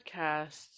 podcasts